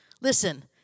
Listen